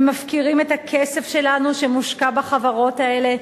הם מפקירים את הכסף שלנו, שמושקע בחברות האלה.